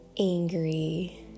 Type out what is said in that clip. angry